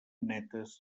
netes